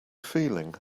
feeling